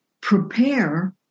prepare